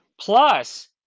Plus